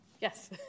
Yes